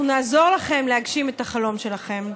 אנחנו נעזור לכם להגשים את החלום שלכם.